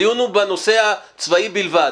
הדיון הוא בנושא הצבאי בלבד.